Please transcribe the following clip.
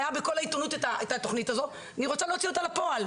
היה בכל העיתונות את התוכנית הזאת ואני רוצה להוציא אותה לפועל,